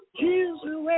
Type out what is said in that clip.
jesus